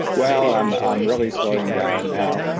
well, i'm um really slowing down now.